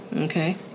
okay